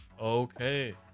okay